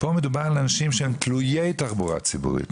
פה מדובר על אנשים שהם תלויי תחבורה ציבורית,